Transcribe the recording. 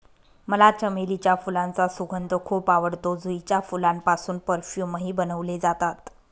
मला चमेलीच्या फुलांचा सुगंध खूप आवडतो, जुईच्या फुलांपासून परफ्यूमही बनवले जातात